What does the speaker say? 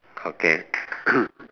okay good